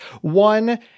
One